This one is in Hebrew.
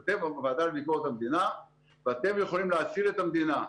אתם הוועדה לביקורת המדינה ואתם יכולים להציל את המדינה.